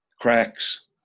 Cracks